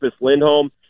Lindholm